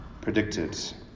predicted